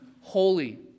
holy